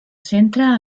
centre